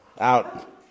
out